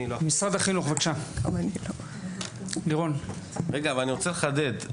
רגע, אני רוצה לחדד.